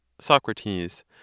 Socrates